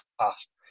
past